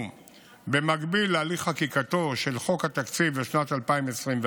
במקביל להליך חקיקתו של חוק התקציב לשנת 2024,